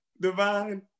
divine